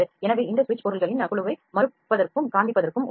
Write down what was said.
எனவே இந்த சுவிட்ச் பொருள்களின் குழுவை மறுப்பதற்கும் காண்பிப்பதற்கு உள்ளது